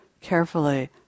carefully